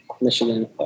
Michigan